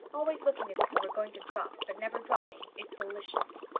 always looking as if it were going to drop, but never dropping, is delicious.